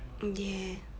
mm yeah